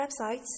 websites